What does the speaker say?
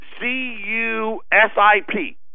C-U-S-I-P